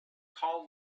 call